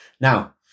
Now